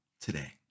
today